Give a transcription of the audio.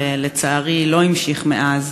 ולצערי לא נמשך מאז,